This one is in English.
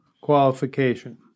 qualification